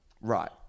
right